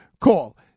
call